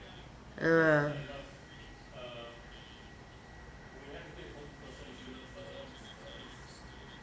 uh